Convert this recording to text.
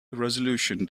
resolution